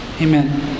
Amen